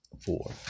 four